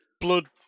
blood